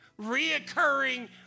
reoccurring